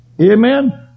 Amen